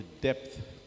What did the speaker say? depth